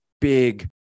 big